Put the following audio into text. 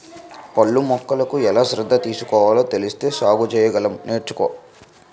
పళ్ళ మొక్కలకు ఎలా శ్రద్ధ తీసుకోవాలో తెలిస్తే సాగు సెయ్యగలం నేర్చుకో